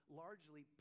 largely